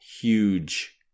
huge